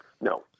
No